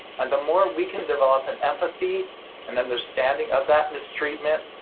and the more we can develop an empathy and understanding of that mistreatment